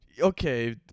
okay